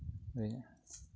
ᱨᱮ